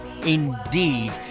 indeed